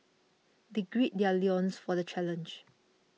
they gird their loins for the challenge